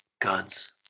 guns